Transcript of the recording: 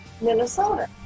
Minnesota